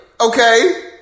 Okay